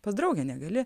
pas draugę negali